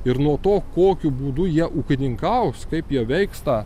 ir nuo to kokiu būdu jie ūkininkaus kaip jie veiks tą